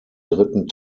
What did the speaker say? dritten